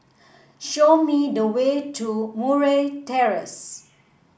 show me the way to Murray Terrace